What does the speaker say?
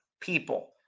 people